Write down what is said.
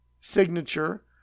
signature